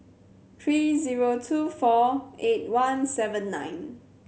three zero two four eight one seven nine